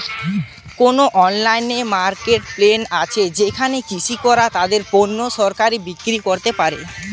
কোন online marketplace আছে যেখানে কৃষকরা তাদের পণ্য সরাসরি বিক্রি করতে পারে?